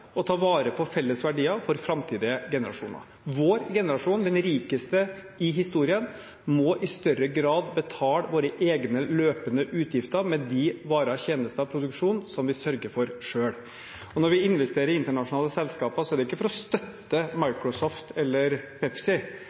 å ta vare på felles verdier for framtidige generasjoner. Vår generasjon, den rikeste i historien, må i større grad betale våre egne løpende utgifter med de varer og tjenester og produksjon som vi sørger for selv. Og når vi investerer i internasjonale selskaper, er det ikke for å støtte Microsoft eller Pepsi,